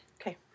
Okay